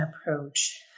approach